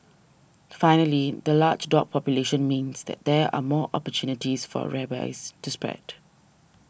finally the large dog population means that there are more opportunities for rabies to spread